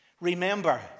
Remember